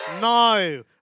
No